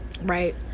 right